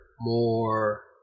more